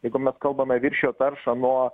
jeigu mes kalbame viršijo taršą nuo